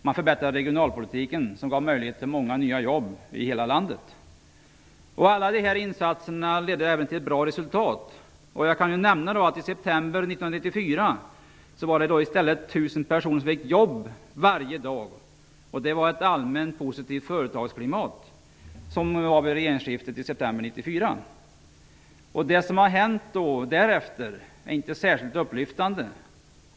Man förbättrade regionalpolitiken, vilket gav möjlighet till många nya jobb i hela landet. Alla dessa insatser ledde även till ett bra resultat. Jag kan nämna att det i september 1994 var över 1 000 personer som fick jobb varje dag. Det var ett allmänt positivt företagsklimat vid regeringsskiftet i september 1994. Det som har hänt därefter är inte särskilt upplyftande.